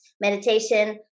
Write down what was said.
meditation